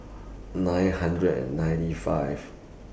nine hundred and ninety five